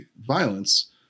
violence